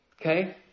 okay